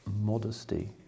modesty